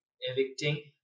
evicting